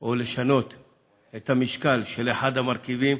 או לשנות את המשקל של אחד המרכיבים,